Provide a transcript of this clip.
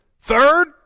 Third